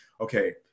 okay